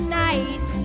nice